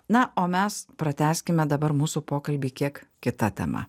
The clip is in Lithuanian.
na o mes pratęskime dabar mūsų pokalbį kiek kita tema